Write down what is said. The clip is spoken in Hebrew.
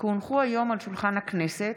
כי הונחו היום על שולחן הכנסת,